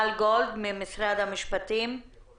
הבעיות מסגירת מסגרות לנוער בסיכון זה המעקב אחרי הפיקוח